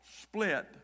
split